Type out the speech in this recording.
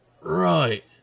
Right